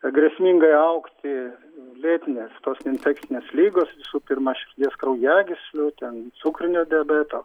grėsmingai augti lėtinės tos neinfekcinės ligos visų pirma širdies kraujagyslių ten cukrinio diabeto